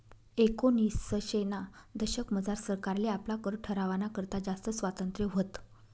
एकोनिसशेना दशकमझार सरकारले आपला कर ठरावाना करता जास्त स्वातंत्र्य व्हतं